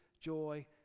joy